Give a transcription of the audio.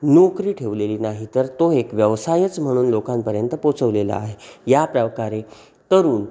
नोकरी ठेवलेली नाही तर तो एक व्यवसायच म्हणून लोकांपर्यंत पोचवलेला आहे याप्रकारे तरुण